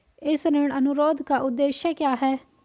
इस ऋण अनुरोध का उद्देश्य क्या है?